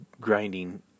grinding